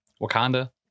Wakanda